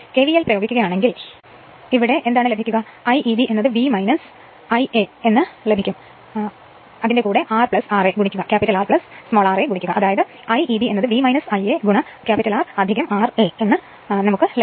KVL പ്രയോഗിക്കുകയാണെങ്കിൽ സവേ പ്രയോഗിക്കുകയാണെങ്കിൽ അത് എനിക്ക് ലഭിക്കും Eb V Ia R ra